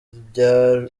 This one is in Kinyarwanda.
bya